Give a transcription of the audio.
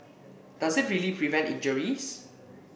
does it really prevent injuries